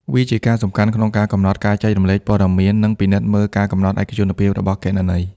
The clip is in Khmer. វាជាការសំខាន់ក្នុងការកំណត់ការចែករំលែកព័ត៌មាន និងពិនិត្យមើលការកំណត់ឯកជនភាពរបស់គណនី។